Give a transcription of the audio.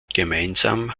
gemeinsam